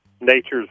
Nature's